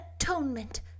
Atonement